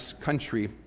country